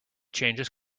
changes